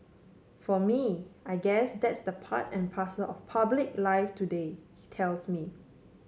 for me I guess that's the part and parcel of public life today he tells me